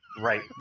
Right